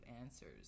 answers